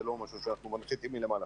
זה לא משהו שאנחנו מנחיתים מלמעלה.